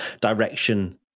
direction